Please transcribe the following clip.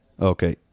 Okay